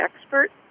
expert